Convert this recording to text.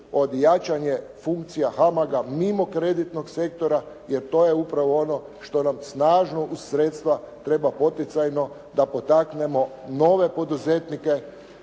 od jačanja funkcija HAMAGA mimo kreditnog sektora jer to je upravo ono što nam snažno uz sredstva treba poticajno da potaknemo nove poduzetnike,